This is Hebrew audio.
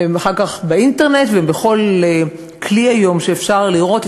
ואחר כך הם באינטרנט ובכל כלי שאפשר לראות היום,